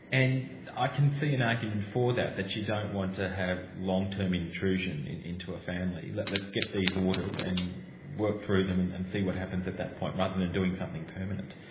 and i can see an argument for that, that you don't want to have long-term intrusion and into a family let's let's get these orders and work through them and and see what happens at that point rather than doing something permanent.